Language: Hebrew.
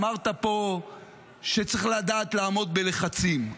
אמרת פה שצריך לדעת לעמוד בלחצים.